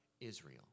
Israel